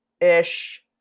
ish